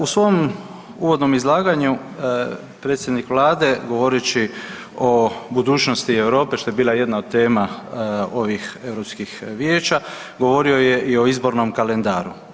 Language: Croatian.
U svom uvodnom izlaganju predsjednik Vlade govoreći o budućnosti Europe što je bila jedna od tema ovih europskih vijeća govorio je i o izbornom kalendaru.